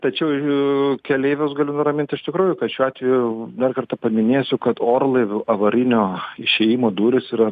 tačiau jų keleivius galiu nuramint iš tikrųjų kad šiuo atveju dar kartą paminėsiu kad orlaivių avarinio išėjimo durys yra